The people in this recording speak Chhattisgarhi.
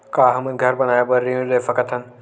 का हमन घर बनाए बार ऋण ले सकत हन?